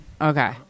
Okay